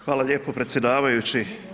Hvala lijepo predsjedavajući.